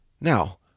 Now